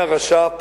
מהרש"פ